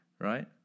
right